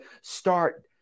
start